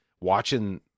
watching